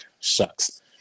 shucks